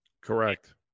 Correct